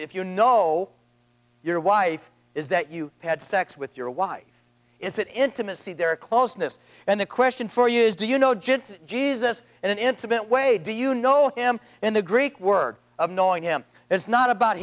if you know your wife is that you had sex with your wife is that intimacy their closeness and the question for you is do you know jim jesus in an intimate way do you know him in the greek word of knowing him is not about